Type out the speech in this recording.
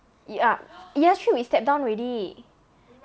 ya year three we stepped down already